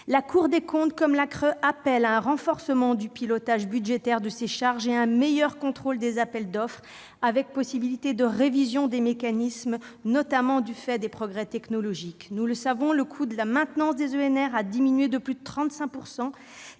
La Cour des comptes comme la CRE appellent à un renforcement du pilotage budgétaire de ces charges et à un meilleur contrôle des appels d'offres, avec une possibilité de révision des mécanismes, notamment du fait des progrès technologiques. Le coût de la maintenance des ENR a diminué de plus 35